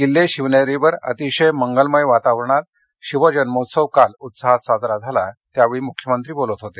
किल्ले शिवनेरीवर अतिशय मंगलमय वातावरणात शिवजन्मोत्सव काल उत्साहात साजरा झाला त्यावेळी मुख्यमंत्री बोलत होते